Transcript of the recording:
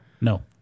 No